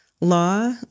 law